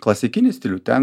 klasikinį stilių ten